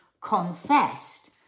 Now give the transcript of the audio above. confessed